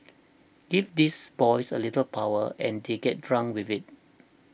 give these boys a little power and they get drunk with it